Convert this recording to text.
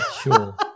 sure